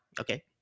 okay